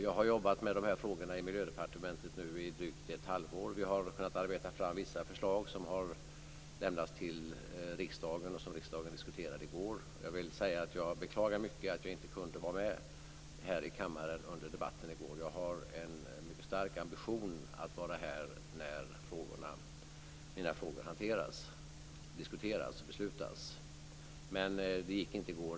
Jag har jobbat med de här frågorna i Miljödepartementet i drygt ett halvår. Vi har kunnat arbeta fram vissa förslag som har lämnats till riksdagen och som riksdagen diskuterade i går. Jag vill säga att jag beklagar mycket att jag inte kunde vara med här i kammaren under debatten i går. Jag har en mycket stark ambition att vara här när mina frågor diskuteras och beslutas. Men det gick inte i går.